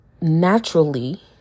naturally